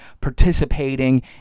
participating